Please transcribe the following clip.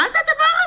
מה זה הדבר הזה?